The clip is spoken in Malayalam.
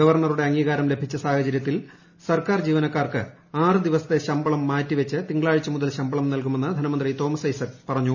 ഗവർണറുടെ അംഗീകാരം ലഭിച്ച സാഹചര്യത്തിൽ സർക്കാർ ജീവനക്കാർക്ക് ആറു ദിവസത്തെ ശമ്പളം മാറ്റി വച്ച് തിങ്കളാഴ്ച മുതൽ ശമ്പളം നല്കുമെന്ന് ധനമന്ത്രി തോമസ് ഐസക് പറഞ്ഞു